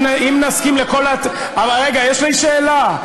יש לי שאלה.